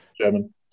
German